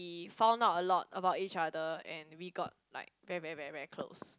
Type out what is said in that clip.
we found out a lot about each other and we got like very very very very close